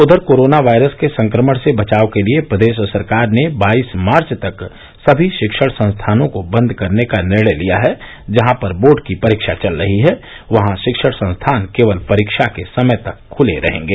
उधर corona virus के संक्रमण से बचाव के लिये प्रदेश सरकार ने बाईस मार्च तक सभी शिक्षण संस्थानों को बन्द करने का निर्णय लिया है जहां पर बोर्ड की परीक्ष चल रही है वहां शिक्षण संस्थान केवल परीक्षा के समय तक खुले रहेंगे